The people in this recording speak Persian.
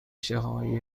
فیلم